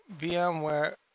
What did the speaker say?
VMware